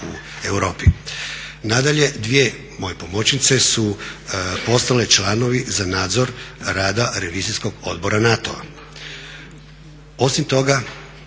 u Europi. Nadalje, dvije moje pomoćnice su postale članovi za nadzor rada Revizijskog odbora NATO-a. Osim toga